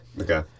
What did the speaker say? Okay